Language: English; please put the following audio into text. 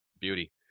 Beauty